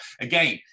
again